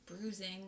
Bruising